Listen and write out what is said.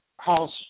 house